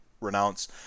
renounce